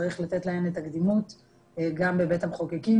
צריך לתת להם את הקדימות גם בבית המחוקקים